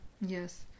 Yes